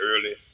early